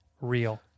real